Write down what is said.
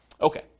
Okay